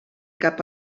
cap